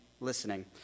listening